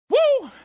Woo